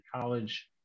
college